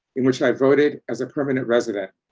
in which i voted as a permanent resident,